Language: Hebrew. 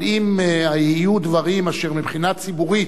אבל אם יהיו דברים אשר מבחינה ציבורית,